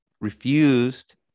refused